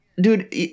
Dude